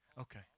Okay